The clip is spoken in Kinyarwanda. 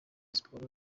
sports